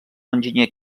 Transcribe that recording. enginyer